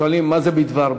שואלים: מה זה "בדבר"?